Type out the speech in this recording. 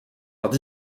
dat